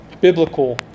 biblical